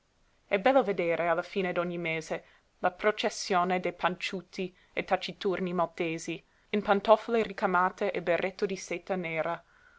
è bello vedere alla fine d'ogni mese la processione dei panciuti e taciturni maltesi in pantofole ricamate e berretto di seta nera